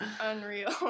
unreal